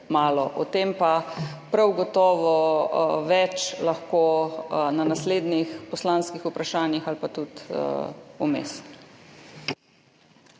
malo. O tem pa prav gotovo lahko več na naslednjih poslanskih vprašanjih ali pa tudi vmes.